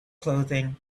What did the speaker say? clothing